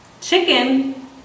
Chicken